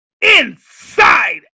inside